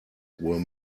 were